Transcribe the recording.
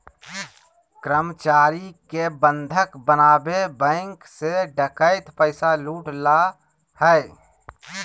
कर्मचारी के बंधक बनाके बैंक से डकैत पैसा लूट ला हइ